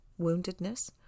woundedness